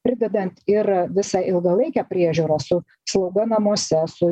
pridedant ir visą ilgalaikę priežiūrą su slauga namuose su